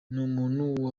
n’umuntu